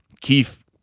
Keith